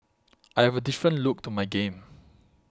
I have a different look to my game